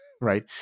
Right